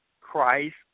Christ